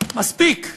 מספיק.